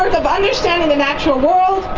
sort of ah understanding the natural world,